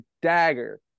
dagger